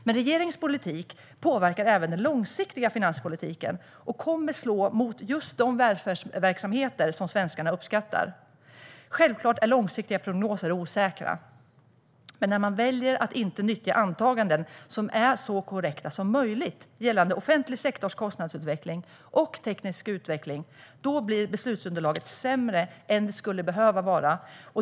Men regeringens politik påverkar även den långsiktiga finanspolitiken och kommer att slå mot just de välfärdsverksamheter som svenskarna uppskattar. Självklart är långsiktiga prognoser osäkra, men när man väljer att inte nyttja antaganden som är så korrekta som möjligt gällande offentlig sektors kostnadsutveckling och tekniska utveckling blir beslutsunderlaget sämre än det skulle behöva vara.